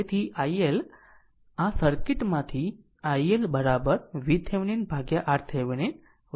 તેથી iL આ circuit માંથી iL VThevenin ભાગ્યા RThevenin RL છે